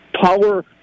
power